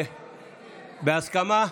בהסכמה.